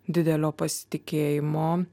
didelio pasitikėjimo